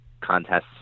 contests